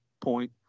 point